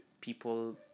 people